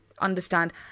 understand